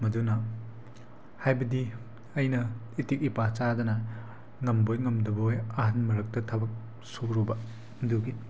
ꯃꯗꯨꯅ ꯍꯥꯏꯕꯗꯤ ꯑꯩꯅ ꯏꯇꯤꯛ ꯏꯄꯥ ꯆꯥꯗꯅ ꯉꯝꯕꯣꯏ ꯉꯝꯗꯕꯣꯏ ꯑꯍꯜ ꯃꯔꯛꯇ ꯊꯕꯛ ꯁꯨꯔꯨꯕ ꯑꯗꯨꯒꯤ